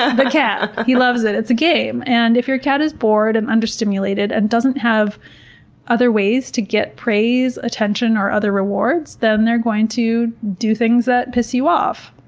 ah the cat. he loves it. it's a game. and if your cat is bored, and under-stimulated, and doesn't have other ways to get praise, attention, or other rewards, then they're going to do things that piss you off.